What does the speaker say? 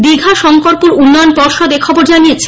দিঘা শংকরপুর উন্নয়ন পর্ষদ এখবর জানিয়েছে